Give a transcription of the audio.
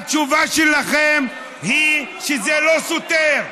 התשובה שלכם היא שזה לא סותר.